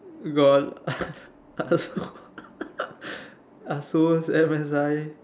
got